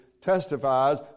testifies